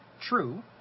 True